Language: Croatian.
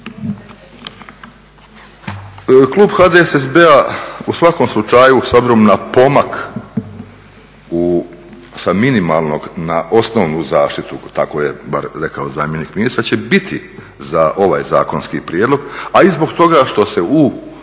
Klub HDSSB-a u svakom slučaju s obzirom na pomak sa minimalnog na osnovu zaštitu, tako je bar rekao zamjenik ministra, će biti za ovaj zakonski prijedlog, a i zbog toga što se u